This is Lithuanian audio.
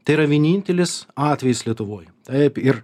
tai yra vienintelis atvejis lietuvoj taip ir